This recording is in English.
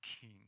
King